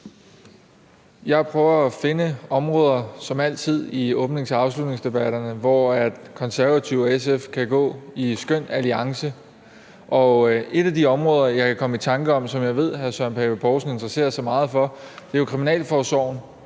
Jeg prøver altid at finde områder i åbnings- og afslutningsdebatterne, hvor Konservative og SF kan gå i skøn alliance, og et af de områder, jeg kan komme i tanke om, og som jeg ved hr. Søren Pape Poulsen interesserer sig meget for, er jo Kriminalforsorgen,